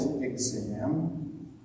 exam